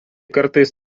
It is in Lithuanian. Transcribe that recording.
kartais